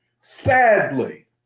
sadly